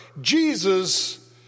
Jesus